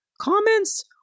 comments